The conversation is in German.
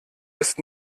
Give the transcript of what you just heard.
ist